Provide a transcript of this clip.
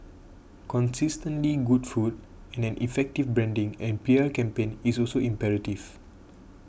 consistently good food and an effective branding and P R campaign is also imperative